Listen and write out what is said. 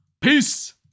Peace